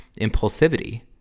impulsivity